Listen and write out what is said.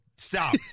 Stop